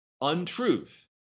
untruth